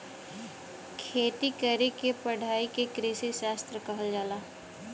खेती करे क पढ़ाई के कृषिशास्त्र कहल जाला